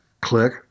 Click